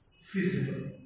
feasible